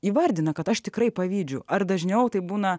įvardina kad aš tikrai pavydžiu ar dažniausiai būna